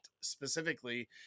specifically